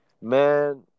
Man